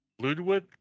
Ludwig